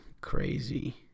crazy